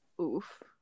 Oof